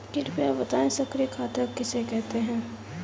कृपया बताएँ सक्रिय खाता किसे कहते हैं?